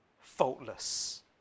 faultless